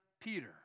Peter